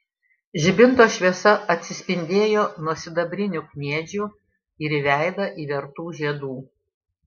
žibinto šviesa atsispindėjo nuo sidabrinių kniedžių ir į veidą įvertų žiedų